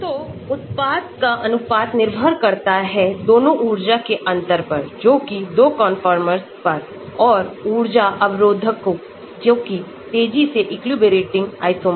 तो उत्पाद का अनुपातनिर्भर करता है दोनों ऊर्जा के अंतर पर जोकि 2 कंफर्मर्स पर और ऊर्जा अवरोधकों जोकि तेजी से equilibrating isomers पर